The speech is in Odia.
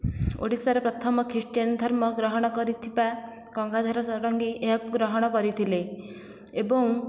ଓଡ଼ିଶାର ପ୍ରଥମ ଖ୍ରୀଷ୍ଟିୟାନ ଧର୍ମ ଗ୍ରହଣ କରିଥିବା ଗଙ୍ଗାଧର ଷଡ଼ଙ୍ଗି ଏହାକୁ ଗ୍ରହଣ କରିଥିଲେ ଏବଂ